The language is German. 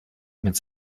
mit